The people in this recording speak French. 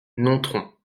nontron